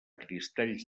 cristalls